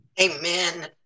Amen